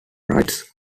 rights